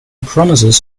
promises